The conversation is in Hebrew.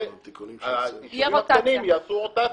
ו-90 האחרונים יעשו רוטציה.